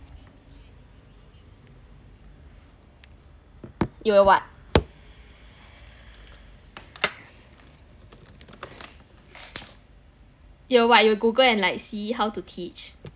you will what you will what you will google and like see how to teach